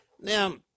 Now